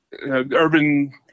urban